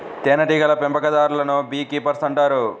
తేనెటీగల పెంపకందారులను bee keepers అంటారు